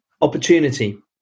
opportunity